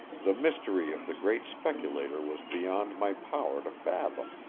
the mystery of the great speculator was beyond my power to fathom.